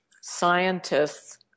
scientists –